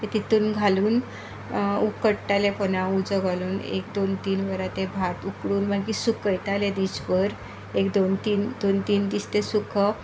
तातून घालून उकडटाले पोनाक उजो घालून एक दोन तीन वरां तें भात उकडून मागीर सुकयतालें तें दिसभर एक दोन तीन दोन तीन दिस ते सुकोवप